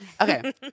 okay